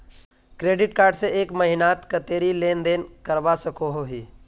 Credit card से एक महीनात कतेरी लेन देन करवा सकोहो ही?